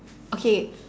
okay